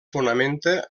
fonamenta